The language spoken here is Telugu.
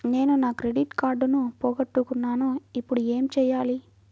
నేను నా క్రెడిట్ కార్డును పోగొట్టుకున్నాను ఇపుడు ఏం చేయాలి?